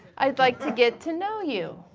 i'd like to get to know you.